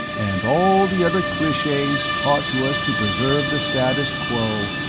and all the other cliches taught to us to preserve the status quo,